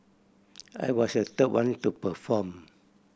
I was the third one to perform